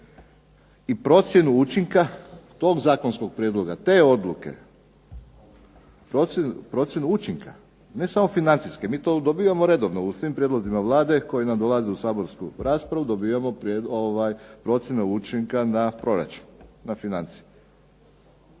i procjenu učinka tog zakonskog prijedloga, te odluke procjenu učinka, ne samo financijske mi to dobivamo redovno u svim prijedlozima Vlade koji nam dolaze u saborsku raspravu, dobijamo procjenu učinka na proračun, na financije.